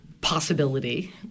possibility